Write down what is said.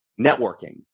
networking